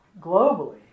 globally